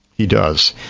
he does.